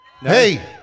Hey